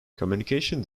communications